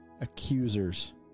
accusers